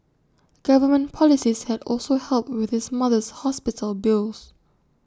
government policies had also helped with his mother's hospital bills